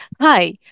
Hi